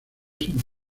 sin